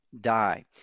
die